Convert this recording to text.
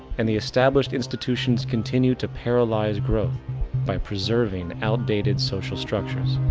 and the established institutions continue to paralyze growth by preserving outdated social structures.